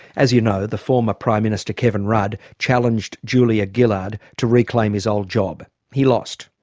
as you know, the former prime minister kevin rudd challenged julia gillard to reclaim his old job. he lost,